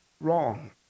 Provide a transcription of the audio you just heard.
wrong